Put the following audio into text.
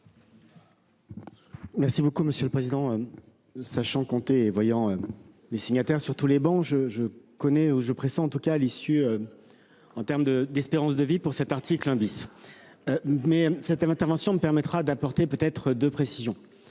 Merci beaucoup monsieur le président. Sachant compter voyant. Les signataires sur tous les bancs. Je je connais je pressens en tout cas à l'issue. En terme de d'espérance de vie pour cet article bis. Mais cette intervention permettra d'. Portée peut être de précision,